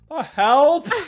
help